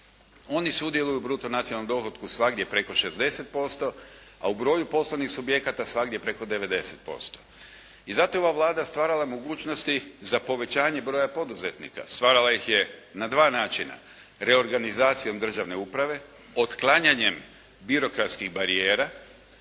Oni sudjeluju u bruto nacionalnom dohotku svagdje preko 60% a u broju poslovnih subjekata svagdje preko 90%. I zato je ova Vlada stvarala mogućnosti za povećanje broja poduzetnika. Stvarala ih je na dva načina, reorganizacijom državne uprave, otklanjanjem birokratskih barijera.